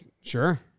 Sure